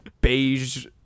beige